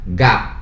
gap